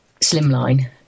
slimline